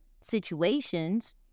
situations